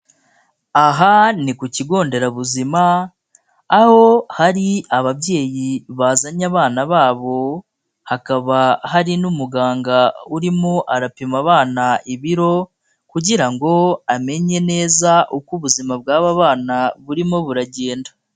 Aha ni ku kigo nderabuzima aho hari ababyeyi bazanye abana babo, hakaba hari n'umuganga urimo arapima abana ibiro kugira ngo amenye neza uko ubuzima bw'aba bana burimo buragenda.